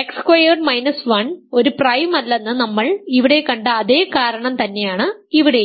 X squared minus 1 ഒരു prime അല്ലെന്ന് നമ്മൾ ഇവിടെ കണ്ട അതേ കാരണം തന്നെയാണ് ഇവിടെയും